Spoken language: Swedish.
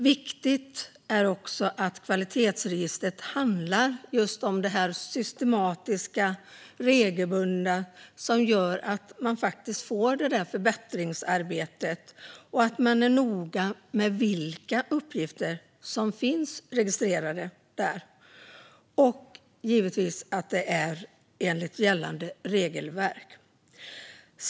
Viktigt är också att kvalitetsregistret handlar om det systematiska och regelbundna, som gör att man faktiskt får förbättringsarbetet, och att man är noga med vilka uppgifter som finns registrerade där. Och det är givetvis viktigt att det är enligt gällande regelverk.